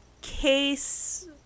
case